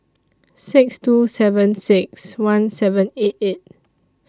six two seven six one seven eight eight